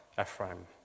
Ephraim